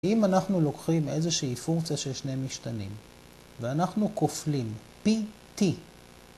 אם אנחנו לוקחים איזושהי פונקציה ששני משתנים ואנחנו כופלים p,t